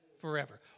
forever